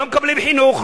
לא מקבלים חינוך,